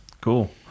Cool